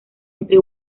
entre